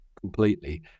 completely